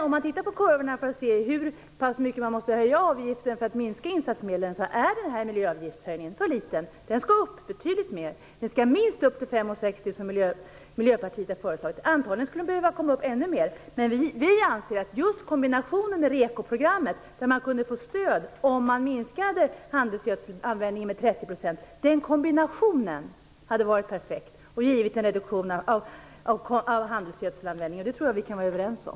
Om man tittar på kurvorna för att se hur mycket man måste höja avgiften för att användningen av insatsmedel skall minska ser man att denna miljöavgiftshöjning är för liten. Avgiften skall upp betydligt mer. Den skall minst upp till 5,60 som Miljöpartiet har föreslagit. Antagligen skulle den behöva komma upp ännu mer. Vi anser att just kombinationen med rekoprogrammet, där man kunde få stöd om man minskade handelsgödselanvändningen med 30 %, hade varit perfekt och givit en reduktion av handelsgödselanvändningen. Det tror jag att vi kan vara överens om.